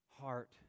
heart